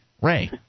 Ray